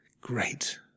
great